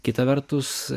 kita vertus